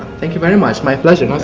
thank you very much, my pleasure,